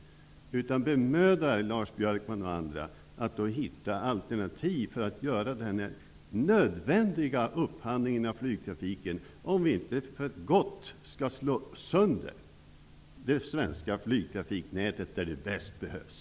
Bemöda er i stället, Lars Björkman och andra, att hitta alternativ för att göra denna nödvändiga upphandling av flygtrafik, så att vi inte för gott slår sönder det svenska flygtrafiknätet där det som bäst behövs!